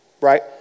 right